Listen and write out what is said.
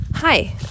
Hi